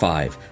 Five